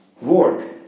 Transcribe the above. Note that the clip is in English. work